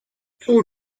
tout